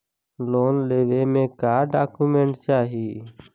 Loan लेवे मे का डॉक्यूमेंट चाही?